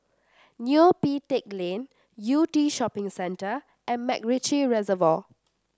Neo Pee Teck Lane Yew Tee Shopping Centre and MacRitchie Reservoir